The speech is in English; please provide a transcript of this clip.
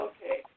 Okay